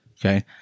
okay